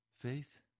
Faith